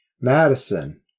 Madison